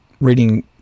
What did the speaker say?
reading